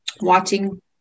watching